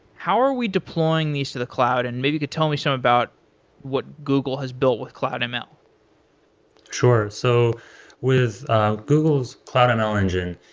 how are we deploying these to the cloud and maybe you could tell me something about what google has built with cloud ml sure. so with ah google's cloud ml engine,